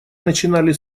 начинали